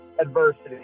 Adversity